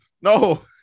No